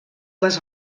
les